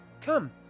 Come